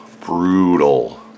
Brutal